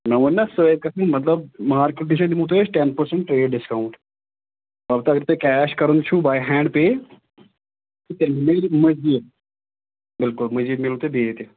مےٚ ووٚن نہ سۄے کَتھَن مطلب مارکیٹ نِش حظ دِمو تۄہہِ أسۍ ٹٮ۪ن پٔرسنٛٹ ٹرٛیڈ ڈِسکاوُنٹ اَلبتہ ییٚلہِ توہہِ کیش کرُن چھُو بَے ہٮ۪نٛڈ پے تہٕ تیٚلہِ میلہِ مٔزیٖد بِلکُل مٔزیٖد مِلوٕ تۄہہِ بیٚیہِ ییٚتہِ